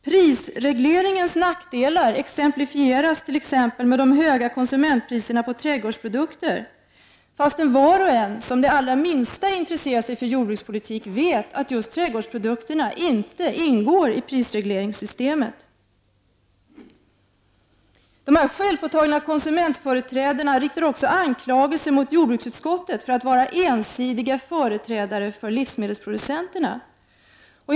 Prisregleringens nackdelar exemplifieras t.ex. med de höga konsumentpriserna på trädgårdsprodukter, trots att var och en som intresserar sig det allra minsta för jordbrukspolitik vet att just trädgårdsprodukterna inte ingår i prisregleringssystemet. Dessa självpåtagna konsumentföreträdare riktar också anklagelser mot jordbruksutskottets ledamöter för att vara ensidiga företrädare för livsmedelsproducenterna.